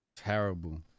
Terrible